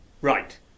Right